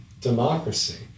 democracy